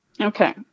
Okay